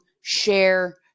share